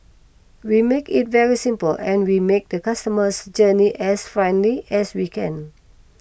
we make it very simple and we make the customer's journey as friendly as we can